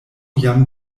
jam